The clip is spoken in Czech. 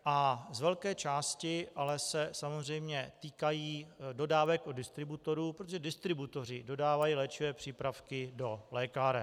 Z velké části se ale samozřejmě týkají dodávek od distributorů, protože distributoři dodávají léčivé přípravky do lékáren.